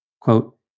Quote